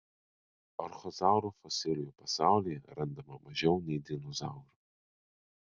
archozaurų fosilijų pasaulyje randama mažiau nei dinozaurų